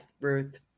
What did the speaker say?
Ruth